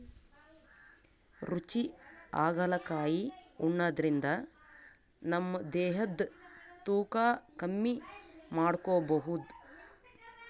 ರುಚಿ ಹಾಗಲಕಾಯಿ ಉಣಾದ್ರಿನ್ದ ನಮ್ ದೇಹದ್ದ್ ತೂಕಾ ಕಮ್ಮಿ ಮಾಡ್ಕೊಬಹುದ್